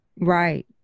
Right